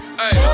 hey